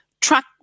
truck